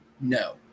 no